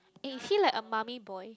eh is he like a mummy boy